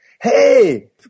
Hey